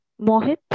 Mohit